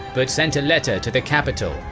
but sent a letter to the capital,